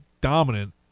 dominant